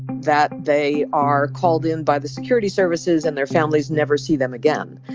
that they are called in by the security services and their families never see them again.